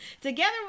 Together